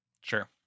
sure